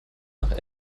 nach